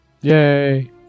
yay